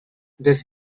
this